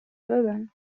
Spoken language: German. bürgern